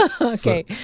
Okay